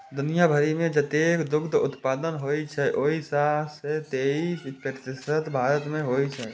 दुनिया भरि मे जतेक दुग्ध उत्पादन होइ छै, ओइ मे सं तेइस प्रतिशत भारत मे होइ छै